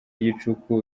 igicuku